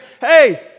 hey